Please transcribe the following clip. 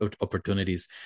opportunities